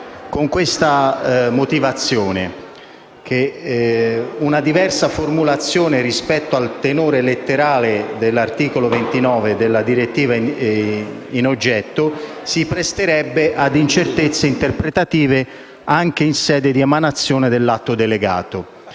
seguente motivazione. Una diversa formulazione rispetto al tenore letterale dell'articolo 29 della direttiva 2015/2436 in oggetto si presterebbe a incertezze interpretative anche in sede di emanazione dell'atto delegato.